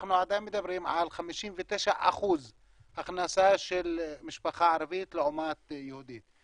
אנחנו עדיין מדברים על 59% הכנסה של משפחה ערבית לעומת יהודית.